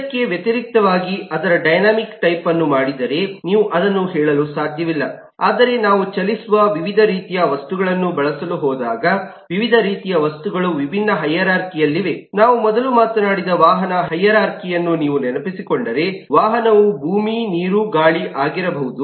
ಇದಕ್ಕೆ ವ್ಯತಿರಿಕ್ತವಾಗಿ ಅದರ ಡೈನಾಮಿಕ್ ಟೈಪ್ಅನ್ನು ಮಾಡಿದರೆ ನೀವು ಅದನ್ನು ಹೇಳಲು ಸಾಧ್ಯವಿಲ್ಲ ಆದರೆ ನಾವು ಚಲಿಸುವ ವಿವಿಧ ರೀತಿಯ ವಸ್ತುಗಳನ್ನು ಬಳಸಲು ಹೋದಾಗ ವಿವಿಧ ರೀತಿಯ ವಸ್ತುಗಳು ವಿಭಿನ್ನ ಹೈರಾರ್ಖಿ ಅಲ್ಲಿವೆ ನಾವು ಮೊದಲು ಮಾತನಾಡಿದ ವಾಹನ ಹೈರಾರ್ಖಿಯನ್ನು ನೀವು ನೆನಪಿಸಿಕೊಂಡರೆ ವಾಹನವು ಭೂಮಿ ನೀರು ಗಾಳಿ ಆಗಿರಬಹುದು